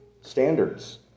standards